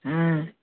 ହଁ